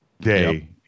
day